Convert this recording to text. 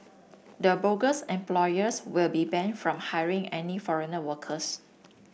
the bogus employers will be banned from hiring any foreigner workers